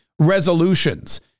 Resolutions